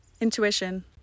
Intuition